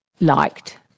liked